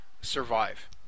survive